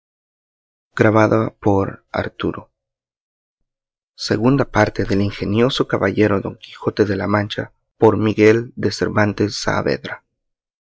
libro de la segunda parte del ingenioso caballero don quijote de la mancha por miguel de cervantes saavedra